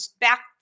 back